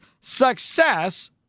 success